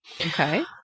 Okay